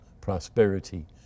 prosperity